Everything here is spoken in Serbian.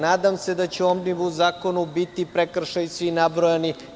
Nadam se da će u Omnibus zakonu biti svi prekršaji nabrojani.